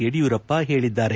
ಯಡಿಯೂರಪ್ಪ ಹೇಳಿದ್ದಾರೆ